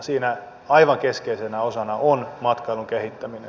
siinä aivan keskeisenä osana on matkailun kehittäminen